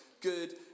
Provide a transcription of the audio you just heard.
good